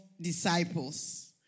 disciples